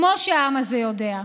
כמו שהעם הזה יודע.